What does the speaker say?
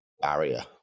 barrier